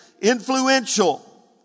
influential